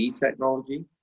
technology